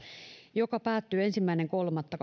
joka päättyy ensimmäinen kolmatta